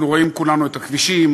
אנחנו רואים כולנו את הכבישים,